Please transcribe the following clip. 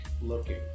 looking